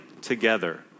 together